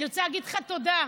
אני רוצה להגיד לך תודה,